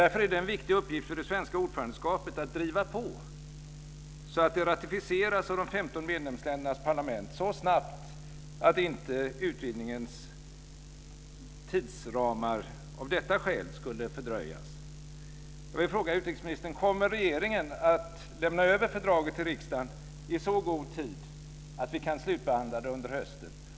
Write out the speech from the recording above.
Därför är det en viktig uppgift för det svenska ordförandeskapet att driva på så att det ratificeras av de 15 medlemsländernas parlament så snabbt att inte utvidgningens tidsramar av detta skäl skulle fördröjas. Jag vill fråga utrikesministern: Kommer regeringen att lämna över fördraget till riksdagen i så god tid att vi kan slutbehandla det under hösten?